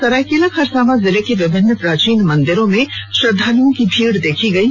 सरायकेला खरसावां जिले के विभिन्न प्राचीन मंदिरों में श्रद्धालुओं को भीड़ देखी गईे